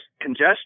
congestion